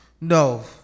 No